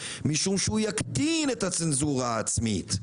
משום שהוא יקטין את הצנזורה העצמית.